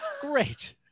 Great